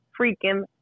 freaking